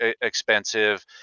expensive